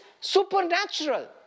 supernatural